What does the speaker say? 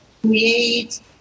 create